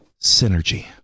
Synergy